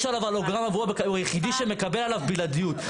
יש עליו הולוגרמה והוא היחידי שמקבל עליו בלעדיות,